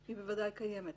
היא בוודאי קיימת.